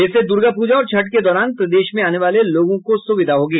इससे दुर्गापूजा और छठ के दौरान प्रदेश में आने वाले लोगों को सुविधा होगी